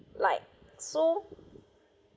like so